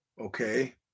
okay